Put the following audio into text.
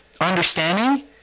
understanding